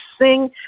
sing